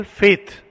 faith